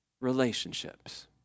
relationships